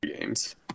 games